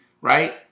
Right